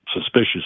suspicious